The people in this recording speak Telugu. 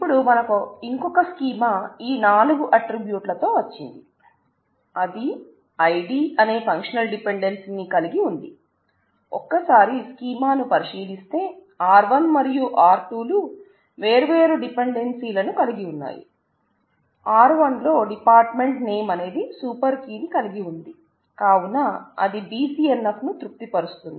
ఇపుడు మనకు ఇంకొక స్కీమా ని కలిగి ఉంది కావున అది BCNF ను తృప్తి పరుస్తుంది